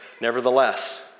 Nevertheless